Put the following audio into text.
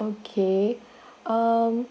okay um